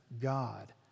God